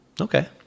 Okay